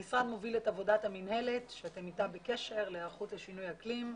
המוסד מוביל את עבודת המינהלת אתה אתם בקשר להיערכות לשינוי קלים.